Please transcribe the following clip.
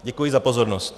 Děkuji za pozornost.